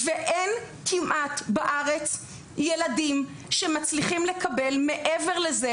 אין כמעט בארץ ילדים שמצליחים לקבל מעבר לזה.